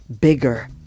bigger